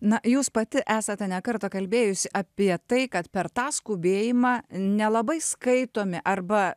na jūs pati esate ne kartą kalbėjusi apie tai kad per tą skubėjimą nelabai skaitomi arba